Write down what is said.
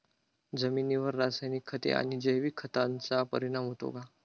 जमिनीवर रासायनिक खते आणि जैविक खतांचा परिणाम होतो का?